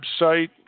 website